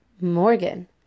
Morgan